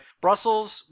Brussels